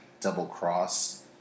double-cross